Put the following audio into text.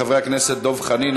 חברי הכנסת דב חנין,